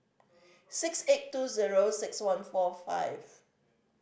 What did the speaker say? six eight two zero six one four five